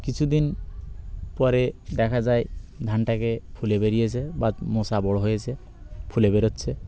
কিছুদিন পরে দেখা যায় ধানটাকে ফুলে বেরিয়েছে বা মোচা বড়ো হয়েছে ফুলে বেরোচ্ছে